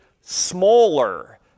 smaller